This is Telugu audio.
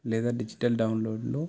లేదా డిజిటల్ డౌన్లోడ్లో